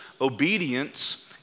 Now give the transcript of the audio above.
obedience